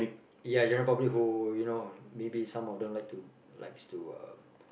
ya general public who you know maybe some of them like to likes to uh